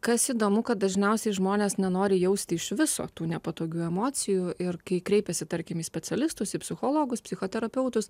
kas įdomu kad dažniausiai žmonės nenori jausti iš viso tų nepatogių emocijų ir kai kreipiasi tarkim į specialistus psichologus psichoterapeutus